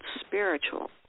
spiritual